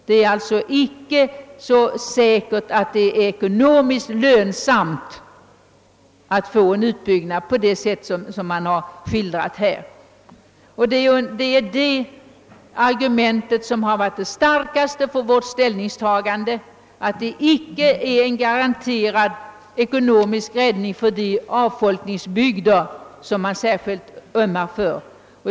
Det är alltså inte så säkert, att det är ekonomiskt lönsamt att få en utbyggnad på det sätt som skildrats här. Detta är också det argument som varit det starkaste för vårt ställningstagande, att utbyggnaden icke är en garanterad ekonomisk räddning för avfolkningsbygderna.